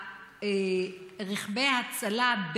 רכב ההצלה,